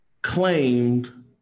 claimed